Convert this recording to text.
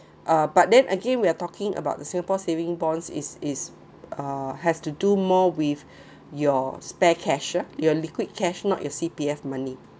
uh but then again we're talking about the singapore savings bonds is is uh has to do more with your spare cash uh your liquid cash not your C_P_F money